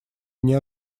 мне